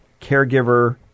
caregiver